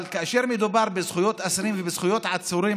אבל כאשר מדובר בזכויות אסירים ובזכויות עצורים,